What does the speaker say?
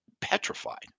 petrified